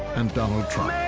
and donald trump.